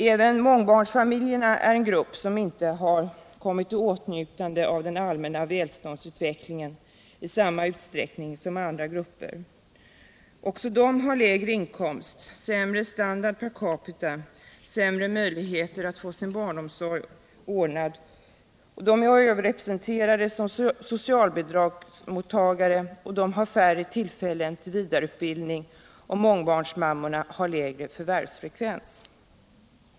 Även mångbarnsfamiljerna är en grupp som inte kommit i åtnjutande av den allmänna välståndsutvecklingen i samma utsträckning som andra grupper. Också de har lägre inkomst, sämre standard per capita och sämre möjligheter att få sin barnomsorg ordnad. De är överrepresenterade som socialbidragsmottagare och har färre tillfällen till vidareutbildning. Mångbarnsmammorna har även lägre förvärvsfrekvens.